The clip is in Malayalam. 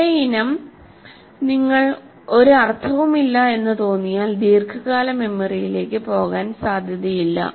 അതേ ഇനം നിങ്ങൾക്ക് ഒരു അർത്ഥവുമില്ല എന്ന് തോന്നിയാൽ ദീർഘകാല മെമ്മറിയിലേക്ക് പോകാൻ സാധ്യതയില്ല